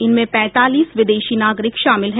इनमें पैंतालीस विदेशी नागरिक शामिल है